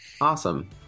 Awesome